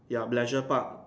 ya pleasure park